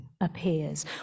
appears